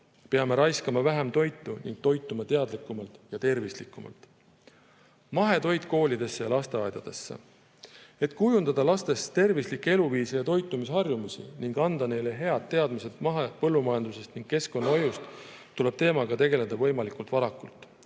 peame toitu vähem raiskama ning toituma teadlikumalt ja tervislikumalt. Mahetoit koolidesse ja lasteaedadesse. Et kujundada lastel tervislikke eluviise ja toitumisharjumusi ning anda neile head teadmised mahepõllumajandusest ja keskkonnahoiust, tuleb teemaga tegeleda võimalikult varakult.